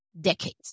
decades